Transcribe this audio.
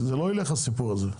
זה לא ילך הסיפור הזה.